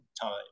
time